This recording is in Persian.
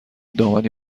دامنی